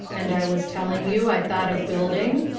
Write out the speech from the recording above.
and i was telling you i thought of building?